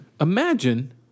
imagine